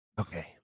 Okay